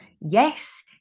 Yes